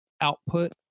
output